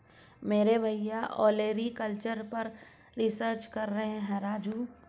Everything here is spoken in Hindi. मेरे भैया ओलेरीकल्चर पर रिसर्च कर रहे हैं राजू